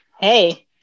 Hey